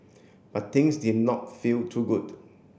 but things did not feel too good